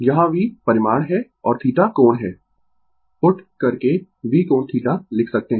यहाँ V परिमाण है और θ कोण है पुट करके V कोण θ लिख सकते है